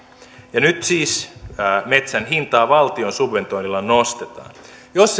ja nyt siis metsän hintaa valtion subventoinnilla nostetaan jos